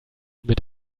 mit